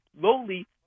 lowly